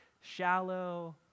shallow